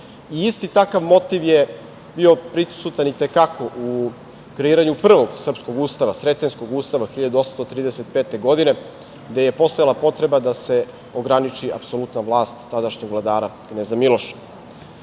isti takav motiv bio je prisutan i te kako u kreiranju prvog srpskog ustava, Sretenjskog ustava 1835. godine, gde je postajala potreba da se ograniči aposlutna vlast tadašnjeg vladara kneza Miloša. Ovaj